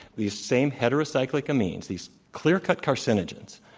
these same heterocyclic amines, these clear-cut carcinogens,